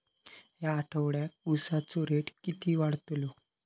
या आठवड्याक उसाचो रेट किती वाढतलो?